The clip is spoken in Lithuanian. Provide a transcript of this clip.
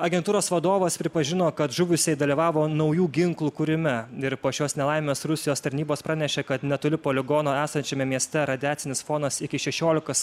agentūros vadovas pripažino kad žuvusieji dalyvavo naujų ginklų kūrime ir po šios nelaimės rusijos tarnybos pranešė kad netoli poligono esančiame mieste radiacinis fonas iki šešiolikos